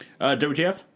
WTF